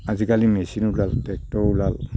আজিকালি মেছিন ওলাল ট্ৰেক্টৰ ওলাল